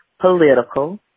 political